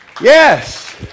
Yes